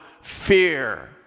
fear